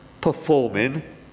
performing